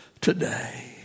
today